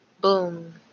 boom